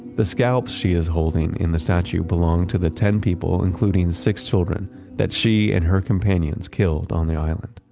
the scalps she is holding in the statue belonged to the ten people including six children that she and her companions killed on the island.